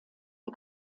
der